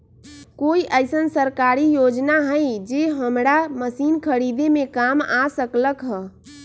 कोइ अईसन सरकारी योजना हई जे हमरा मशीन खरीदे में काम आ सकलक ह?